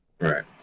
Right